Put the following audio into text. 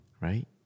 right